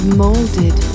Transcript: molded